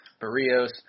Barrios